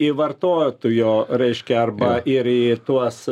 į vartotojo reiškia arba ir į tuos